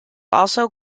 also